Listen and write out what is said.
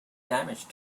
damage